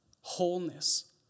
wholeness